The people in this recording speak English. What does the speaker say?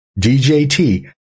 DJT